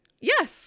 Yes